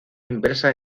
inversa